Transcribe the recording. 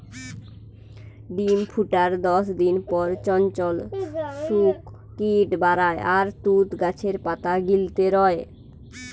ডিম ফুটার দশদিন পর চঞ্চল শুক কিট বারায় আর তুত গাছের পাতা গিলতে রয়